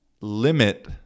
limit